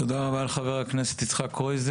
תודה רבה לחבר הכנסת קרויזר.